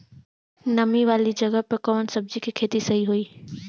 नामी वाले जगह पे कवन सब्जी के खेती सही होई?